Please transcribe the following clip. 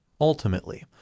Ultimately